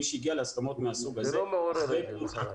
מי שהגיע להסכמות מהסוג הזה --- זה לא מעורר את זה מחדש.